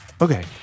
Okay